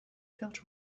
felt